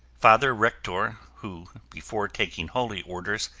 father rektor who, before taking holy orders,